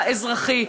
האזרחים.